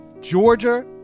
Georgia